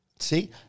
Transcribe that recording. See